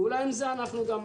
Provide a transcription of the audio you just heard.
ואולי עם זה אנחנו נסיים.